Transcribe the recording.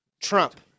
Trump